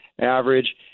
average